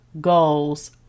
goals